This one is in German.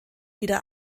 wieder